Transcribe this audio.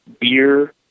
beer